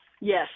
Yes